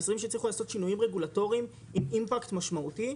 המשרדים שהצליחו לעשות שינויים רגולטוריים עם אימפקט משמעותי.